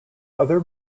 other